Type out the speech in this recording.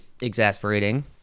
exasperating